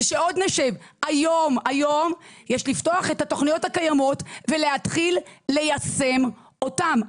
היום יש לפתוח את התוכניות הקיימות ולהתחיל ליישם אותן.